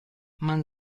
man